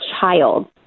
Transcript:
child